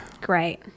Great